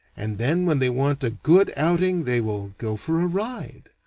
and then when they want a good outing they will go for a ride,